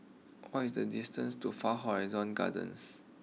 what is the distance to far Horizon Gardens